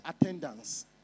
attendance